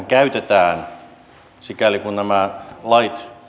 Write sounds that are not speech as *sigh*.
*unintelligible* käytetään sikäli kun nämä lait